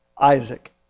Isaac